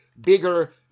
bigger